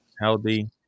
healthy